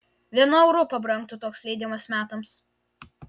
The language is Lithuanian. vienu euru pabrangtų toks leidimas metams